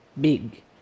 big